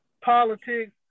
politics